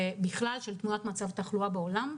ובכלל את תמונת מצב התחלואה בעולם.